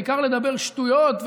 בעיקר לדבר שטויות,